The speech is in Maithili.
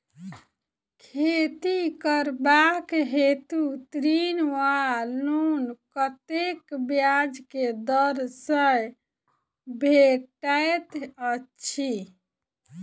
खेती करबाक हेतु ऋण वा लोन कतेक ब्याज केँ दर सँ भेटैत अछि?